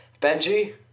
benji